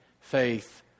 faith